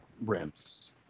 rims